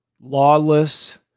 lawless